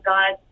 God